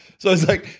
so, it's like,